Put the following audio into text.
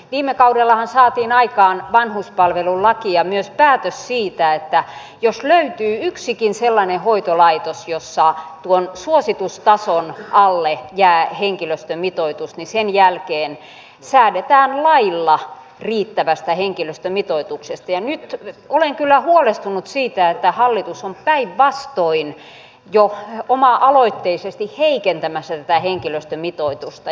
viime kaudellahan saatiin aikaan vanhuspalvelulaki ja myös päätös siitä että jos löytyy yksikin sellainen hoitolaitos jossa tuon suositustason alle jää henkilöstömitoitus niin sen jälkeen säädetään lailla riittävästä henkilöstömitoituksesta ja nyt olen kyllä huolestunut siitä että hallitus on päinvastoin jo oma aloitteisesti heikentämässä tätä henkilöstömitoitusta